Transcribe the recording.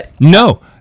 No